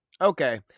okay